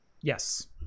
Yes